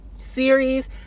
series